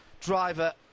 Driver